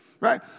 Right